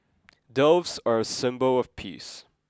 doves are a symbol of peace